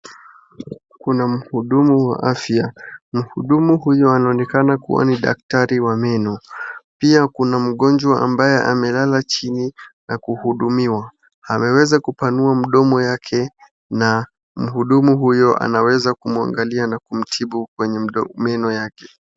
Kuna mhudumu wa afya, mhudumu huyu anaonekana kuwa ni daktari wa meno, pia kuna mgonjwa ambaye amelala chini na kuhudumiwa, ameweza kupanua mdomo yake na mhudumu huyu anaweza kumwangalia na kumtibu kwa meno yake.